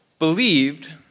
believed